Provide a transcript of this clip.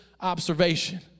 observation